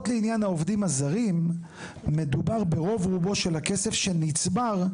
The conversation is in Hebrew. לעניין העובדים הזרים מדובר ברוב רובו של הכסף שנצבר.